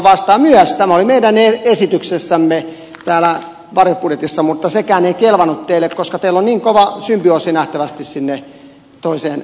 tämä oli meidän esityksessämme täällä varjobudjetissa mutta sekään ei kelvannut teille koska teillä on niin kova symbioosi nähtävästi sinne toiseen suuntaan